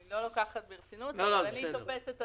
אני לא לוקחת ברצינות אבל אני תופסת את